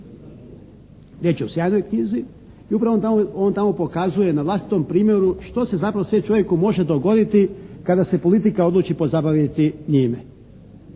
je o sjajnoj knjizi i upravo on tamo pokazuje na vlastitom primjeru što se zapravo sve čovjeku može dogoditi kada se politika odluči pozabaviti njime.